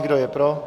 Kdo je pro?